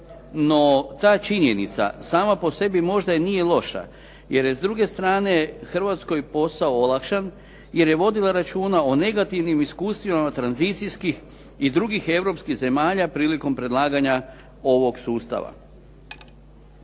No, ta činjenica sama po sebi možda i nije loša jer je s druge strane Hrvatskoj posao olakšan jer je vodila računa o negativnim iskustvima tranzicijskih i drugih europskih zemalja prilikom predlaganja ovog sustava.